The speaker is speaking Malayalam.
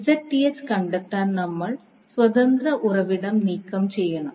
അതിനാൽ Zth കണ്ടെത്താൻ നമ്മൾ സ്വതന്ത്ര ഉറവിടം നീക്കം ചെയ്യണം